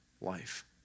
life